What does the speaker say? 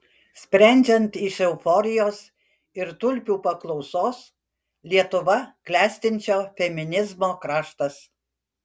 sprendžiant iš euforijos ir tulpių paklausos lietuva klestinčio feminizmo kraštas